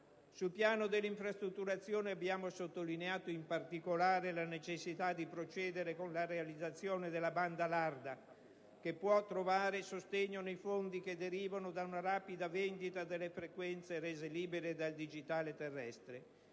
Sul piano delle infrastrutturazioni abbiamo sottolineato in particolare la necessità di procedere con la realizzazione della banda larga, che può trovare sostegno dai fondi che possono derivare da una rapida vendita delle frequenze rese libere dal digitale terrestre,